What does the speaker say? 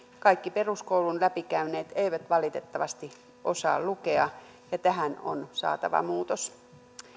kaikki peruskoulun läpikäyneet eivät valitettavasti osaa lukea ja tähän on saatava muutos